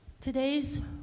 today's